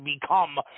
become